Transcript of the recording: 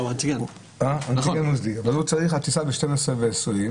הטיסה ב-24:20,